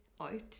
out